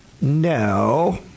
no